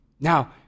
Now